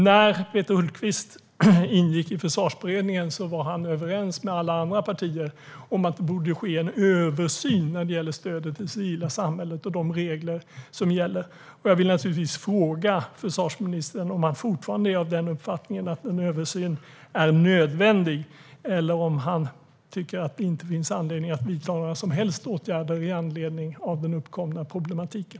När Peter Hultqvist ingick i Försvarsberedningen var han överens med alla andra partier om att det borde ske en översyn av stödet till det civila samhället och av de regler som gäller. Jag vill fråga försvarsministern om han fortfarande är av uppfattningen att en översyn är nödvändig eller om han tycker att det inte finns anledning att vidta några som helst åtgärder med anledning av den uppkomna problematiken.